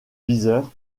viseur